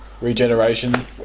regeneration